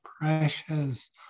precious